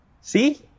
See